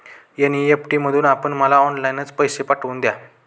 NEFT मधून आपण मला ऑनलाईनच पैसे पाठवून द्या